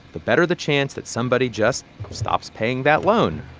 the better the chance that somebody just stops paying that loan,